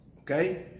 Okay